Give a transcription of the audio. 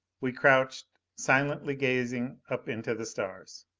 we crouched, silently gazing up into the stars.